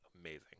amazing